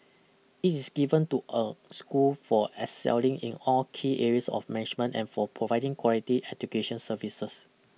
it is given to a school for excelling in all key areas of management and for providing quality education services